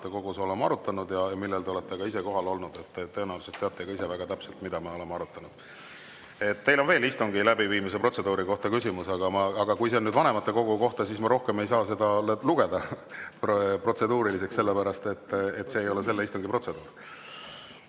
oleme arutanud. Seal te olete ka ise kohal olnud ja tõenäoliselt teate ka ise väga täpselt, mida me oleme arutanud. Teil on veel istungi läbiviimise protseduuri kohta küsimus, aga kui see on vanematekogu kohta, siis ma rohkem ei saa seda lugeda protseduuriliseks, sellepärast et see ei ole selle istungi protseduur.